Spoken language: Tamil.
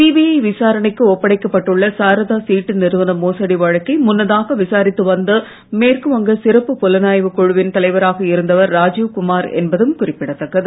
சிபிஐ விசாரணைக்கு ஒப்படைக்கப் பட்டுள்ள சாரதா சீட்டு நிறுவன மோசடி வழக்கை முன்னதாக விசாரித்து வந்த மேற்கு வங்க சிறப்புப் புலனாய்வுக் குழுவின் தலைவராக இருந்தவர் ராஜீவ்குமார் என்பதும் குறிப்பிடத்தக்கது